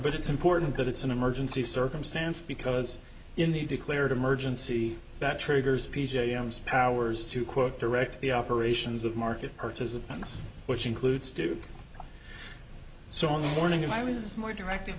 but it's important that it's an emergency circumstance because in the declared emergency that triggers p j arms powers to quote direct the operations of market participants which includes do so in the morning and i was more directi